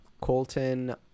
Colton